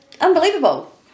Unbelievable